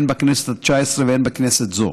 הן בכנסת התשע-עשרה והן בכנסת זו.